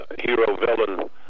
hero-villain